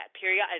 Period